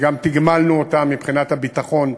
וגם תגמלנו אותן מבחינת הביטחון,